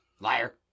Liar